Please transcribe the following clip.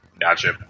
Gotcha